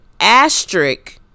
asterisk